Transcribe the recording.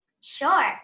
Sure